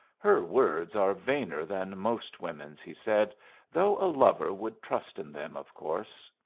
her words are vainer than most women's, he said though a lover would trust in them, of course.